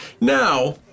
Now